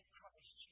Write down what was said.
Christ